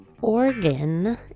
organ